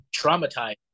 traumatized